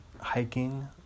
Hiking